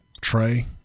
tray